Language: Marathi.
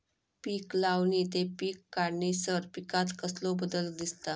पीक लावणी ते पीक काढीसर पिकांत कसलो बदल दिसता?